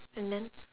and then